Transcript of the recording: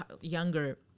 younger